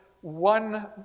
one